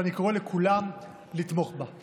ואני קורא לכולם לתמוך בה.